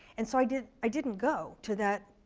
and so i didn't i didn't go to that,